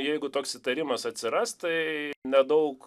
jeigu toks įtarimas atsiras tai nedaug